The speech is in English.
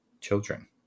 children